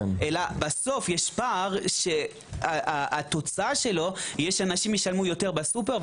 בסוף יש פער שהתוצאה שלו שאנשים ישלמו יותר בסופר,